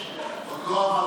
עוד לא עבר,